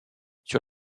sur